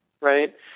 right